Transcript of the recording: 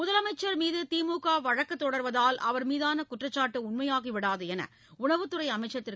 முதலமைச்சர் மீது திமுக வழக்குத் தொடர்வதால் அவர்மீதான குற்றச்சாட்டு உண்மையாகிவிடாது என்று உணவுத்துறை அமைச்சர் திரு